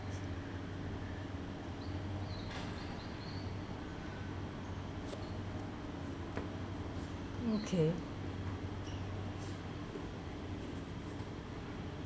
okay